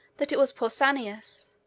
that it was pausanias,